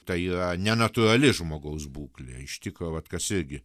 tai yra nenatūrali žmogaus būklė iš tikro vat kas irgi